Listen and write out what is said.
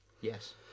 Yes